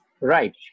Right